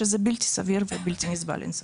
שזה בלתי סביר ובלתי נסבל, אין ספק.